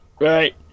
Right